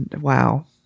Wow